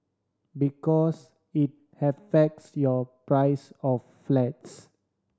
because it affects your price of flats